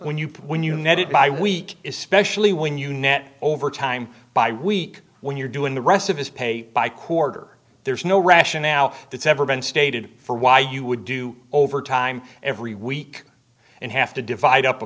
when you put when you net it by week especially when you net overtime by week when you're doing the rest of his pay by quarter there's no rationale that's ever been stated for why you would do overtime every week and have to divide up a